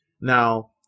Now